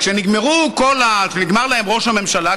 כשנגמר להם ראש הממשלה,